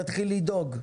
תתחיל לדאוג.